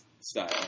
style